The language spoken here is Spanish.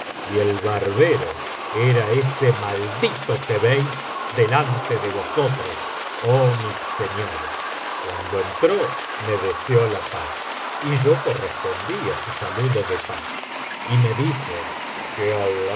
y el barbero era ese maldito que veis delante de vosotros oh mis señores cuando entró me deseó la paz y yo correspondí á su saludo de paz y me dijo